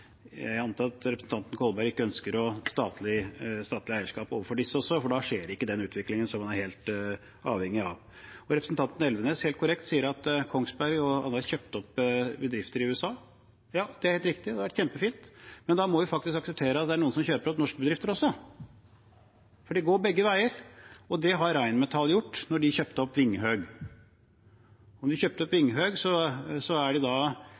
Jeg antar at representanten Kolberg ikke ønsker statlig eierskap overfor disse også, for da skjer ikke den utviklingen som man er helt avhengig av. Representanten Elvenes sier – helt korrekt – at Kongsberg har kjøpt opp bedrifter i USA. Ja, det er helt riktig, og det har vært kjempefint. Men da må vi faktisk akseptere at det er noen som kjøper opp norske bedrifter også, for det går begge veier, og det har Rheinmetall gjort da de kjøpte opp Vinghøg. Og